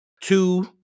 Two